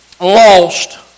lost